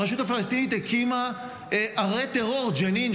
הרשות הפלסטינית הקימה ערי טרור: ג'נין,